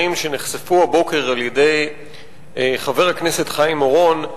שנחשפו הבוקר על-ידי חבר הכנסת חיים אורון,